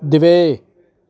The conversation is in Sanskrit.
द्वे